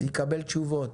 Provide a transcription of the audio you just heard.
יקבל תשובות.